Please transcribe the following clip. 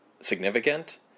significant